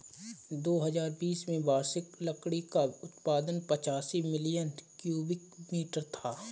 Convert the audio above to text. दो हजार बीस में वार्षिक लकड़ी का उत्पादन पचासी मिलियन क्यूबिक मीटर था